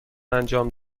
انجام